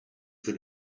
für